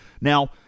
Now